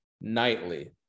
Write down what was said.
nightly